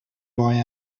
boy